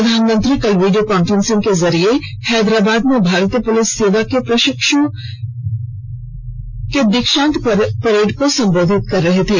प्रधानमंत्री कल video conferencing के माध्यम से हैदराबाद में भारतीय पुलिस सेवा के प्रशिक्षुओं के दीक्षांत परेड को संबोधित कर रहे थे